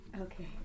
Okay